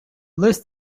list